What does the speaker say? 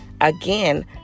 Again